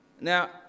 Now